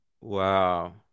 Wow